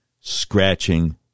scratching